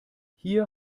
hier